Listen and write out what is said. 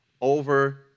over